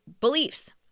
beliefs